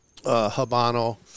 Habano